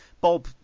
Bob